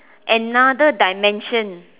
another dimension